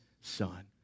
Son